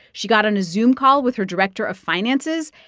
she got on a zoom call with her director of finances,